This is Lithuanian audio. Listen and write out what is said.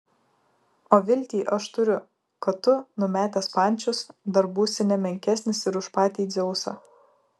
o viltį aš turiu kad tu numetęs pančius dar būsi ne menkesnis ir už patį dzeusą